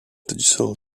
digital